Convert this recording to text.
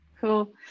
Cool